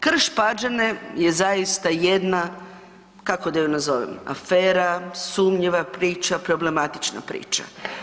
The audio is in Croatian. Krš-Pađene je zaista jedna, kako da ju nazovem, afera, sumnjiva priča, problematična priča.